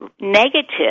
negative